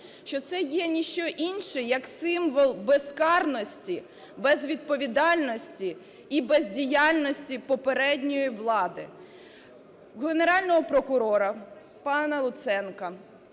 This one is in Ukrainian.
що це є ні що інше, як символ безкарності, безвідповідальності і бездіяльності попередньої влади: Генерального прокурора пана Луценка,